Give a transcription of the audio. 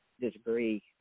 disagree